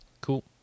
Cool